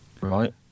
Right